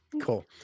cool